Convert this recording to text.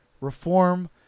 reform